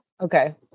Okay